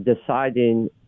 deciding